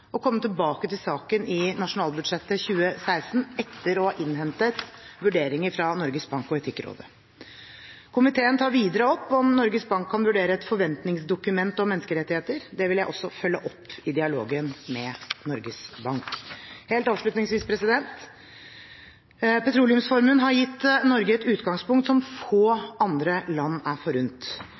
og komme tilbake til saken i nasjonalbudsjettet 2016, etter å ha innhentet vurderinger fra Norges Bank og Etikkrådet. Komiteen tar videre opp om Norges Bank kan vurdere et forventningsdokument om menneskerettigheter. Det vil jeg også følge opp i dialogen med Norges Bank. Helt avslutningsvis: Petroleumsformuen har gitt Norge et utgangspunkt som få andre land er